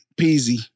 Peasy